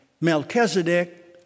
Melchizedek